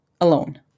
alone